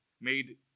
made